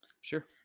sure